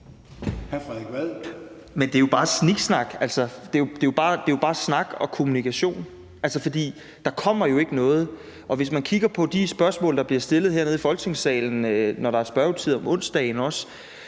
(S): Det er jo bare sniksnak. Det er bare snak og kommunikation, for der kommer jo ikke noget. Hvis man kigger på de spørgsmål, der bliver stillet hernede i Folketingssalen, også når der er spørgetid om onsdagen,